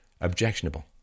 objectionable